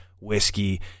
whiskey